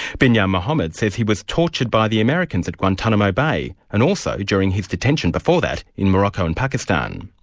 binyam mohamed says he was tortured by the americans at guantanomo bay, and also during his detention before that, in morocco and pakistan.